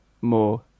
more